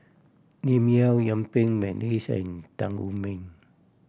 Lim Yau Yuen Peng McNeice and Tan Wu Meng